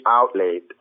outlet